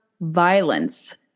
violence